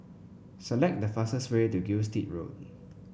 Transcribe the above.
select the fastest way to Gilstead Road